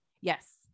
yes